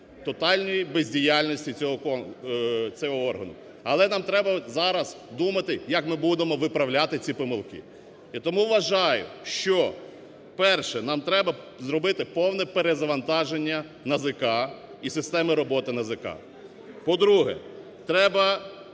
тотальної бездіяльності цього органу. Але нам треба зараз думати, як ми будемо виправляти ці помилки. І тому вважаю, що перше – нам треба зробити повне перезавантаження НАЗК і системи роботи НАЗК. По-друге, треба